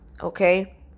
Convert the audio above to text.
okay